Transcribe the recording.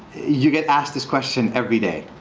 you get asked this question every day.